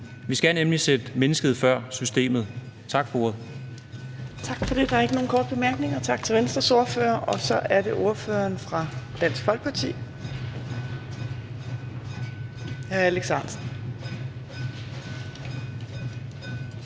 Vi skal nemlig sætte mennesket før systemet. Tak for ordet. Kl. 14:59 Fjerde næstformand (Trine Torp): Der er ikke nogen korte bemærkninger. Tak til Venstres ordfører. Så er det ordføreren fra Dansk Folkeparti, hr. Alex